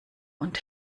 und